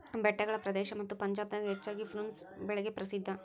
ಬೆಟ್ಟಗಳ ಪ್ರದೇಶ ಮತ್ತ ಪಂಜಾಬ್ ದಾಗ ಹೆಚ್ಚಾಗಿ ಪ್ರುನ್ಸ್ ಬೆಳಿಗೆ ಪ್ರಸಿದ್ಧಾ